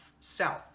South